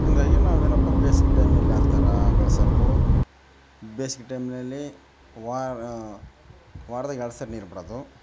ಹಂಗಾಗಿ ನಾವು ಏನಪ್ಪ ಬೇಸ್ಗೆ ಟೈಮೆಲ್ಲ ಆ ಥರ ಬೆಳ್ಸೋಕ್ಕು ಬೇಸಿಗೆ ಟೈಮ್ನಲ್ಲಿ ವಾರ ವಾರದಾಗೆ ಎರ್ಡು ಸಲ ನೀರು ಬಿಡೋದು